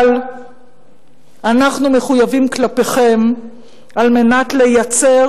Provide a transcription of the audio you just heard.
אבל אנחנו מחויבים כלפיכם על מנת לייצר